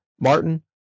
Martin